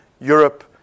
Europe